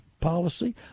policy